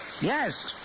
Yes